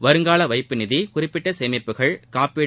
வருங்கால வைப்புநிதி குறிப்பிட்ட சேமிப்புகள் காப்பீடு